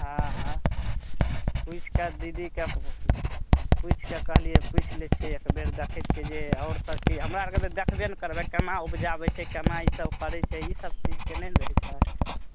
हँ हँ पुछि कऽ दीदीकेँ पु पुछि कऽ कहलियै पुछि लै छियै एक बेर देखै छियै जे आओर सभचीज हमरा आरके तऽ देखबे ने करबै केना उपजाबै छै केना इसभ करै छै इसभ चीजके नहि ने रहै छै